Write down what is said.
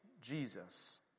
Jesus